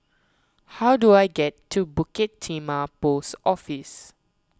how do I get to Bukit Timah Post Office